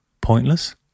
pointless